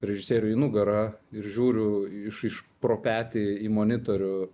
režisieriui į nugarą ir žiūriu iš iš pro petį į monitorių